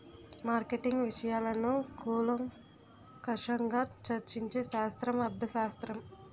marketing విషయాలను కూలంకషంగా చర్చించే శాస్త్రం అర్థశాస్త్రం